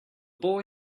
boy